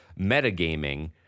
metagaming